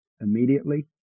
immediately